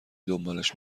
دنبالش